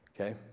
Okay